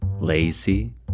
Lazy